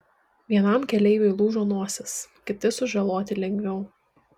vienam keleiviui lūžo nosis kiti sužaloti lengviau